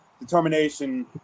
determination